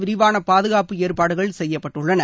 விரிவான பாதுகாப்பு ஏற்பாடுகள் செய்யப்பட்டுள்ளன